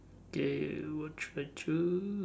K what should I choose